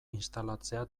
instalatzea